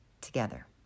together